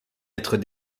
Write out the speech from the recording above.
être